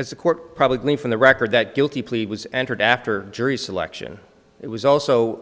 as a court probably for the record that guilty plea was entered after jury selection it was also